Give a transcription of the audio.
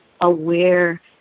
aware